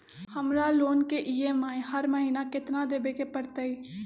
हमरा लोन के ई.एम.आई हर महिना केतना देबे के परतई?